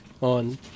on